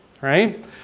right